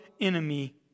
enemy